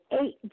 eight